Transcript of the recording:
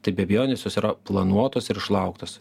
tai be abejonės jos yra planuotos ir išlauktos